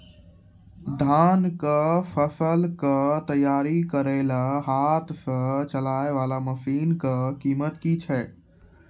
धान कऽ फसल कऽ तैयारी करेला हाथ सऽ चलाय वाला मसीन कऽ कीमत की छै?